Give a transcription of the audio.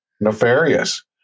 nefarious